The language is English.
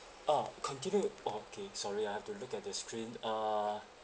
ah continue okay sorry I have to look at the screen uh